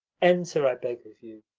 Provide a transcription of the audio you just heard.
enter, i beg of you.